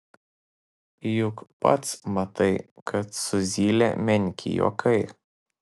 juk pats matai kad su zyle menki juokai